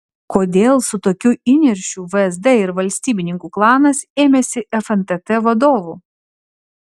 kodėl su tokiu įniršiu vsd ir valstybininkų klanas ėmėsi fntt vadovų